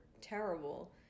terrible